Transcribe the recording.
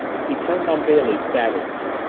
he turned on bailey savagely.